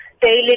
daily